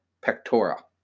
pectora